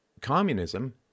communism